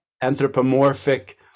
anthropomorphic